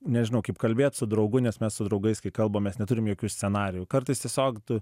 nežinau kaip kalbėt su draugu nes mes su draugais kai kalbam mes neturim jokių scenarijų kartais tiesiog tu